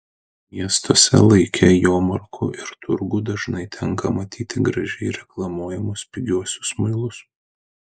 miestuose laike jomarkų ir turgų dažnai tenka matyti gražiai reklamuojamus pigiuosius muilus